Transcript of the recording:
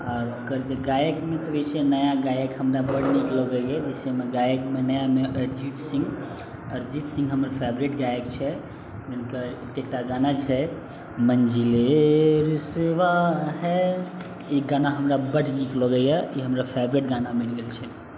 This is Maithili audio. आओर ओकर जे गायक बतबै छै नया गायक हमरा बड नीक लगैया जैसेमे गायकमे नयामे अरजीत सिह अरजीत सिंह हमर फेवरेट गायक छै जिनकर एकटा गाना छै मंज़िले रुसबा है ई गाना हमरा बड नीक लगैया ई हमरा फेवरेट गाना बनि गेल छै